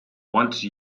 once